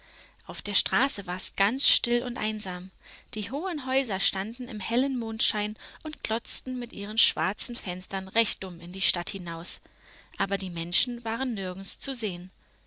auf der straße war es ganz still und einsam die hohen häuser standen im hellen mondschein und glotzten mit ihren schwarzen fenstern recht dumm in die stadt hinaus aber die menschen waren nirgends zu sehen